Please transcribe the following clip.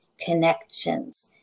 connections